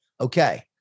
okay